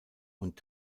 und